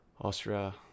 Austria